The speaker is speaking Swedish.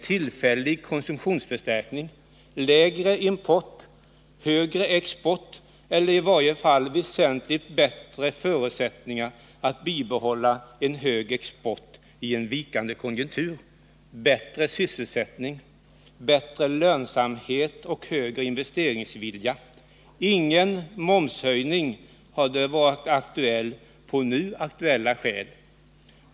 Högre export eller i varje fall väsentligt bättre förutsättningar att bibehålla en hög export i en vikande konjunktur. Bättre lönsamhet och högre investeringsvilja. Ingen momshöjning hade varit aktuell på nu gällande skäl.